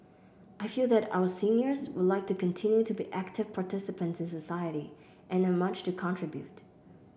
I feel that our seniors would like to continue to be active participants in society and have much to contribute